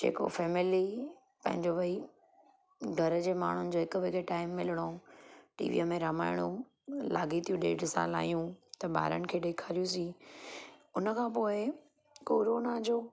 जेको फेमिली पंहिंजो भई घर जे माण्हुनि जो हिकु ॿिएं खे टाइम मिलणो टीवीअ में रामायणियूं लाॻीतियूं ॾेढ साल आहियूं त ॿारनि खे ॾेखारियूंसीं हुन खां पोइ कोरोना जो